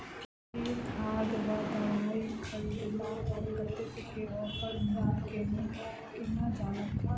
केँ खाद वा दवाई खरीदला पर कतेक केँ ऑफर मिलत केना जानब?